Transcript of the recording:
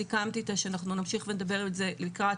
סיכמתי איתה שאנחנו נמשיך ונדבר על זה לקראת